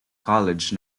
college